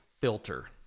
filter